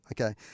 Okay